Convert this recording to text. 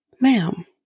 ma'am